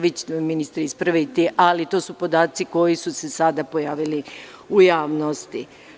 Vi ćete ministre ispraviti, ali to su podaci koji su se sada pojavili u javnosti.